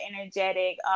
energetic